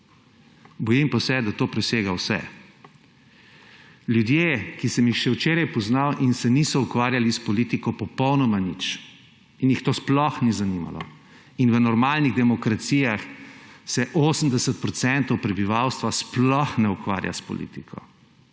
Bojim pa se, da to presega vse. Ljudje, ki jih poznam in se še včeraj niso ukvarjali s politiko popolnoma nič in jih to sploh ni zanimalo – in v normalnih demokracijah se 80 % prebivalstva sploh ne ukvarja s politiko,